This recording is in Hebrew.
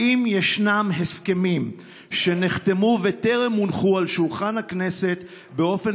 האם ישנם הסכמים שנחתמו וטרם הונחו על שולחן הכנסת באופן